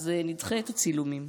אז נדחה את הצילומים.